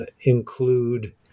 include